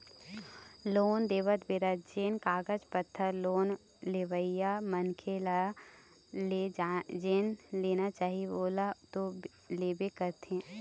loan देवत बेरा जेन कागज पतर लोन लेवइया मनखे ले जेन लेना चाही ओला तो लेबे करथे